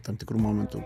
tam tikru momentu